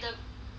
bread plain